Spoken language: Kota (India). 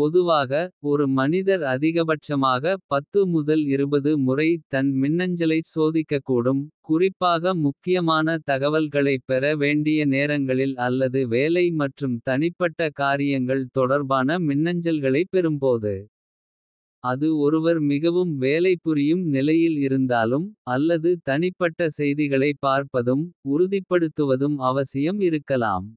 பொதுவாக. ஒரு மனிதர் அதிகபட்சமாக முதல் முறை தன். மின்னஞ்சலைச் சோதிக்கக்கூடும் குறிப்பாக முக்கியமான. தகவல்களைப் பெற வேண்டிய நேரங்களில் அல்லது வேலை. மற்றும் தனிப்பட்ட காரியங்கள் தொடர்பான. மின்னஞ்சல்களைப் பெறும்போது அது ஒருவர் மிகவும். வேலைப்புரியும் நிலையில் இருந்தாலும் அல்லது தனிப்பட்ட. செய்திகளைப் பார்ப்பதும் உறுதிப்படுத்துவதும் அவசியம் இருக்கலாம். "